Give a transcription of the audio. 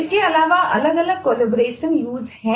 इसके अलावा अलग अलग कोलैबोरेशन यूज़ हैं